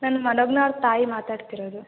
ನಾನು ಮನೋಗ್ನ ಅವ್ರ ತಾಯಿ ಮಾತಾಡ್ತಿರೋದು